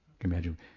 Imagine